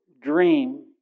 dream